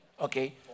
Okay